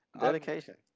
Dedication